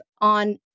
on